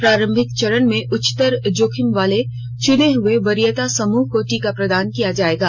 प्रारंभिक चरण में उच्चतर जोखिम वाले चुने हुए वरीयता समूहों को टीका प्रदान किया जाएगा